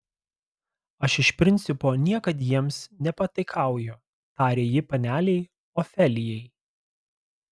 aš iš principo niekad jiems nepataikauju tarė ji panelei ofelijai